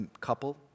couple